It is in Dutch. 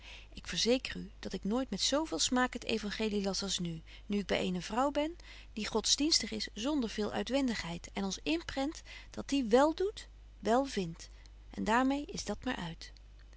ik verzeker u dat ik nooit met zo veel smaak het euangelie las als nu nu ik by eene vrouw ben die godsdienstig is zonder veel uitwendigheid en ons inprent dat die wel doet wel vindt en daar mee is dat maar uit